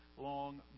long